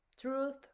truth